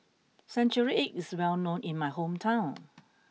century egg is well known in my hometown